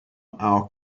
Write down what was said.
our